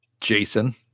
Jason